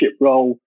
role